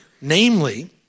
Namely